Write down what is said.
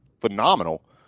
phenomenal